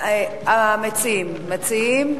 המציעים מציעים?